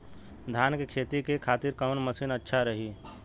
धान के खेती के खातिर कवन मशीन अच्छा रही?